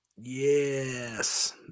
Yes